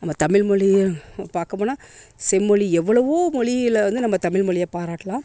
நம்ம தமிழ் மொழிய பார்க்க போனால் செம்மொழி எவ்வளவோ மொழியில வந்து நம்ம தமிழ் மொழிய பாராட்டலாம்